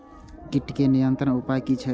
कीटके नियंत्रण उपाय कि छै?